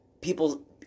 people